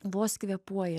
vos kvėpuoja